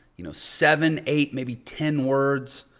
you know, seven, eight, maybe ten words.